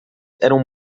eram